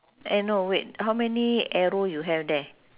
eh no wait how many arrow you have there